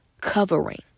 covering